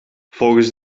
volgens